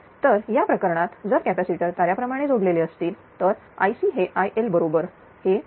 तर या प्रकरणात जर कॅपॅसिटर ताऱ्याप्रमाणे जोडलेले असतील तर IC हे IL बरोबर हे 23